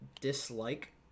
dislike